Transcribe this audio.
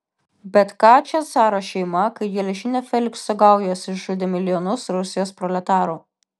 bet ką čia caro šeima kai geležinio felikso gaujos išžudė milijonus rusijos proletarų